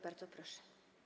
Bardzo proszę.